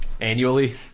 annually